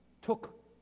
took